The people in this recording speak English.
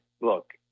look